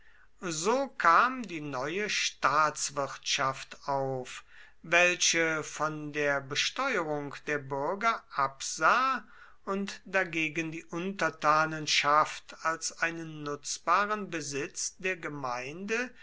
so kam die neue staatswirtschaft auf welche von der besteuerung der bürger absah und dagegen die untertanenschaft als einen nutzbaren besitz der gemeinde